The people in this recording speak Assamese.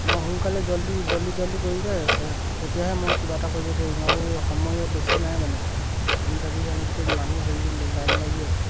অঁ সোনকালে জলদি জল্ডি জল্ডি কৰি দে তেতিয়াহে মই কিবা এটা কৰিব পাৰিম আৰু সময় ইয়াত বেছি নাই মানে ইণ্টাৰভিউৰ কাৰণে গোটেই মানুহ হেৰি লাইন লাগি আছে